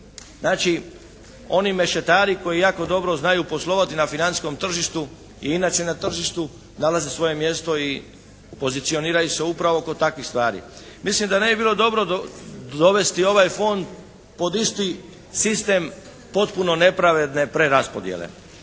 Znači, oni mešetari koji jako dobro znaju poslovati na financijskom tržištu i inače na tržištu nalaze svoje mjesto i pozicioniraju se upravo kod takvih stvari. Mislim da ne bi bilo dobro dovesti ovaj fond pod isti sistem potpuno nepravedne preraspodjele,